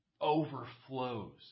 overflows